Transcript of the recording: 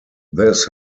this